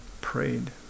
prayed